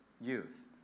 youth